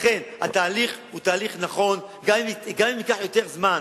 לכן התהליך הוא תהליך נכון, גם אם ייקח יותר זמן.